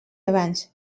abans